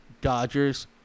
Dodgers